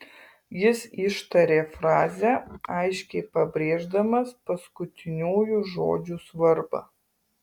jis ištarė frazę aiškiai pabrėždamas paskutiniųjų žodžių svarbą